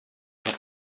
der